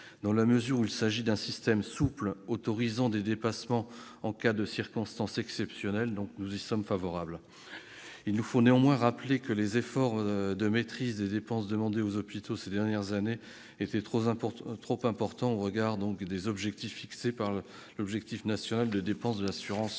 Dans la mesure où il s'agit d'un système souple autorisant les dépassements en cas de circonstances exceptionnelles, nous y sommes favorables. Il nous faut néanmoins rappeler que les efforts de maîtrise des dépenses demandés aux hôpitaux ces dernières années étaient trop importants au regard des objectifs fixés par l'objectif national des dépenses d'assurance